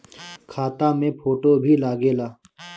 खाता मे फोटो भी लागे ला?